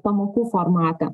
pamokų formatą